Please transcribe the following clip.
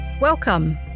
Welcome